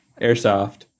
airsoft